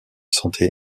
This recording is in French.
santé